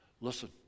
Listen